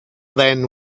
then